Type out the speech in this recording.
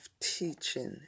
teaching